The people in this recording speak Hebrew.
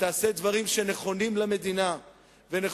ותעשה דברים שהם נכונים למדינה ונכונים